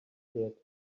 yet